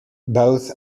both